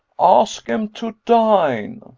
ask em to dine.